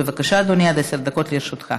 בבקשה, אדוני, עד עשר דקות לרשותך.